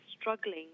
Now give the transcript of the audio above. struggling